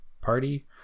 party